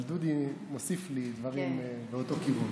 אבל דודי מוסיף לי דברים באותו כיוון.